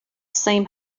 same